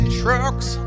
trucks